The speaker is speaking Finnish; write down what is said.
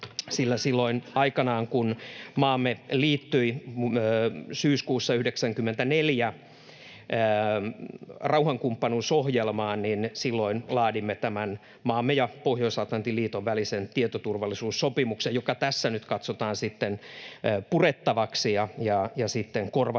sillä silloin aikanaan, kun maamme liittyi syyskuussa 94 rauhankumppanuusohjelmaan, laadimme tämän maamme ja Pohjois-Atlantin liiton välisen tietoturvallisuussopimuksen, joka tässä nyt katsotaan sitten purettavaksi ja korvattavaksi